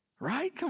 right